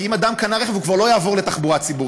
כי אם אדם קנה רכב הוא כבר לא יעבור לתחבורה ציבורית,